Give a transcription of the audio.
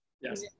Yes